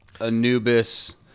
Anubis